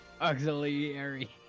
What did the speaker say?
auxiliary